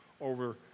over